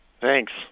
Thanks